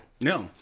No